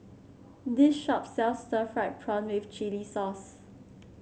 this shop sells Stir Fried Prawn with Chili Sauce